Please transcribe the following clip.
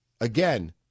again